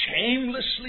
shamelessly